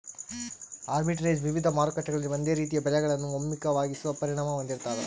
arbitrage ವಿವಿಧ ಮಾರುಕಟ್ಟೆಗಳಲ್ಲಿ ಒಂದೇ ರೀತಿಯ ಬೆಲೆಗಳನ್ನು ಒಮ್ಮುಖವಾಗಿಸೋ ಪರಿಣಾಮ ಹೊಂದಿರ್ತಾದ